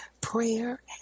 prayer